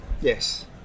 Yes